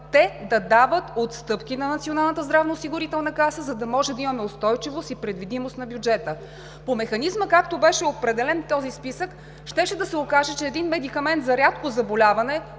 здравноосигурителна каса, за да може да имаме устойчивост и предвидимост на бюджета. По механизма, както беше определен този списък, щеше да се окаже, че един медикамент за рядко заболяване